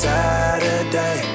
Saturday